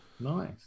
nice